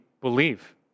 believe